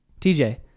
TJ